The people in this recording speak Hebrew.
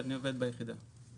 אני עובד ביחידה.